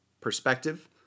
Perspective